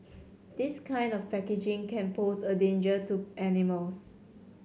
this kind of packaging can pose a danger to animals